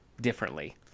differently